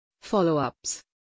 Follow-ups